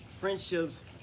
friendships